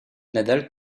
nadal